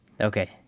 Okay